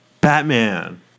Batman